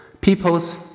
people's